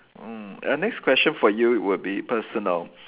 mm ah next question for you it would be personal